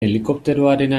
helikopteroarena